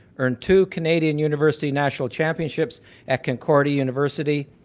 earned two canadian university national championships at concordia university,